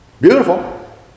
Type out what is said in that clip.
Beautiful